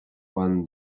juan